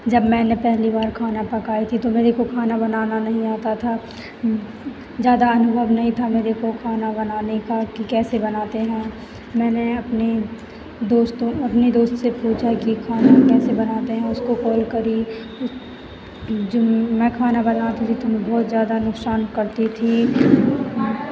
जब मैंने पहली बार खाना पकाई थी तो मेरेको खाना बनाना नहीं आता था ज़्यादा अनुभव नहीं था मेरेको खाना बनाने का कि कैसे बनाते हैं मैंने अपने दोस्तों अपनी दोस्त से पूछा कि खाना कैसे बनाते हैं उसको कॉल करी उस मैं खाना बनाती थी तुम बहुत ज़्यादा नुकसान करती थी